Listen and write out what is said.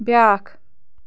بیٛاکھ